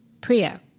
Priya